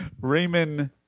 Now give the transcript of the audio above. Raymond